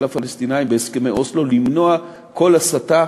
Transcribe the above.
הפלסטינים בהסכמי אוסלו למנוע כל הסתה